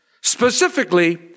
specifically